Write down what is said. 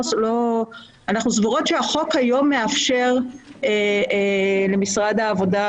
אנחנו סבורות שהחוק היום מאפשר למשרד העבודה